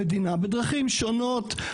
המדינה בדרכים שונות,